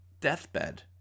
deathbed